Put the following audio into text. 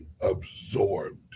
absorbed